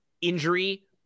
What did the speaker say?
injury